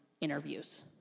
interviews